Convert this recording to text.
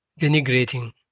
denigrating